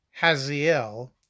Haziel